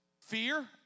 Fear